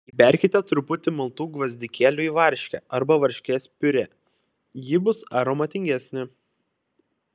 įberkite truputį maltų gvazdikėlių į varškę arba varškės piurė ji bus aromatingesnė